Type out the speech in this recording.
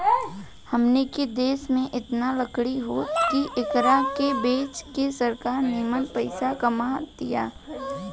हमनी के देश में एतना लकड़ी होता की एकरा के बेच के सरकार निमन पइसा कमा तिया